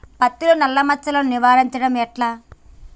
పత్తిలో నల్లా మచ్చలను నివారించడం ఎట్లా?